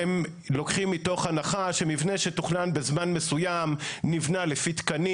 הם לוקחים מתוך הנחה שמבנה שתוכנן בזמן מסוים נבנה לפי תקנים.